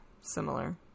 similar